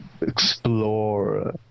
explore